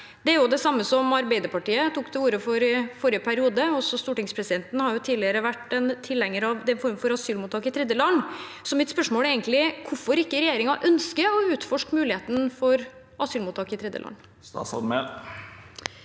Det er det samme Arbeiderpartiet tok til orde for i forrige periode. Også stortingspresidenten har tidligere vært en tilhenger av den formen for asylmottak i tredjeland. Mitt spørsmål er egentlig: Hvorfor ønsker ikke regjeringen å utforske muligheten for asylmottak i tredjeland? Statsråd